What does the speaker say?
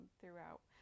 throughout